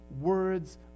words